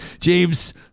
James